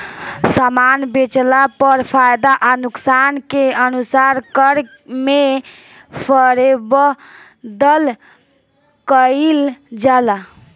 सामान बेचला पर फायदा आ नुकसान के अनुसार कर में फेरबदल कईल जाला